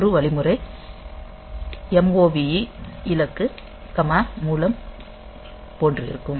ஒரு வழிமுறை move இலக்கு கமா மூலம் போன்றிருக்கும்